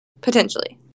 potentially